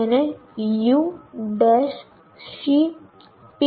તેને U C P